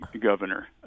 governor